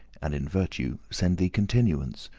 and in virtue send thee continuance,